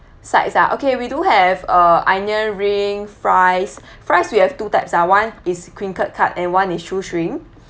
sides ah okay we do have uh onion ring fries fries we have two types ah one is crinkle cut and one is shoestring